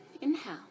inhale